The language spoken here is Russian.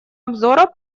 обзора